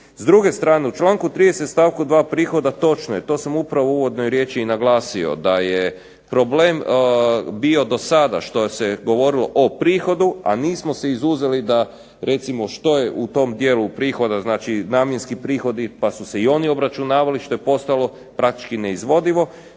S druge strane u čl. 30. stavku 2. prihoda točno je, to sam upravo u uvodnoj riječi i naglasio da je problem bio dosada što se govorilo o prihodu, a nismo se izuzeli da recimo što je u tom dijelu prihoda znači namjenski prihodi pa su se i oni obračunavali što je postalo praktički neizvodivo